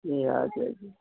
ए हजुर हजुर